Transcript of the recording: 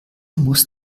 muss